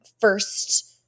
first